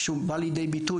שהוא בא לידי ביטוי,